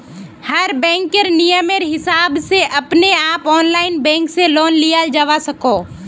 हर बैंकेर नियमेर हिसाब से अपने आप ऑनलाइन बैंक से लोन लियाल जावा सकोह